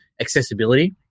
accessibility